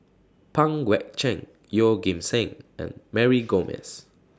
Pang Guek Cheng Yeoh Ghim Seng and Mary Gomes